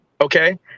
okay